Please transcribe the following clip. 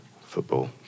football